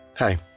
Hi